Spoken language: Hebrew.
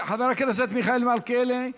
חבר הכנסת מיכאל מלכיאלי,